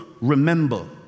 remember